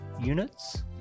units